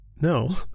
no